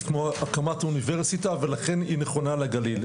כמו הקמת אוניברסיטה ולכן היא נכונה לגליל,